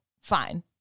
fine